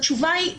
התשובה היא "לא",